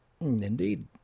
Indeed